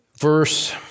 verse